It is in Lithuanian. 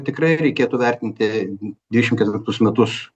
tikrai reikėtų vertinti dvidešimt ketvirtus metus